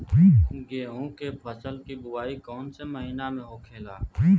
गेहूँ के फसल की बुवाई कौन हैं महीना में होखेला?